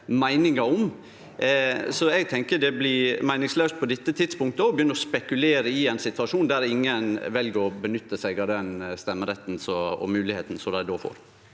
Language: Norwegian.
meiningar om. Eg tenkjer det blir meiningslaust på dette tidspunktet å begynne å spekulere i ein situasjon der ingen vel å nytte seg av stemmeretten og moglegheita som dei då får.